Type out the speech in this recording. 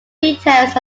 details